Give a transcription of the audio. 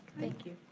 thank you.